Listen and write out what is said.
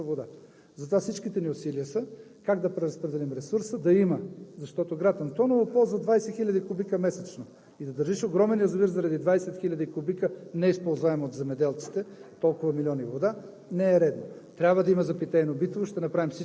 Това означава да копаят сондажи и няма откъде да извадят такова огромно количество вода. Затова всичките ни усилия са как да преразпределим ресурса да има, защото град Антоново ползва 20 хил. кубика месечно. И да държиш огромен язовир заради 20 хил. кубика, неизползваем от земеделците,